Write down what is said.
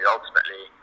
Ultimately